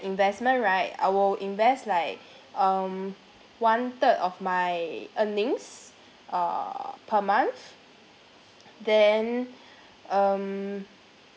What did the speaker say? investment right I will invest like um one third of my earnings err per month then um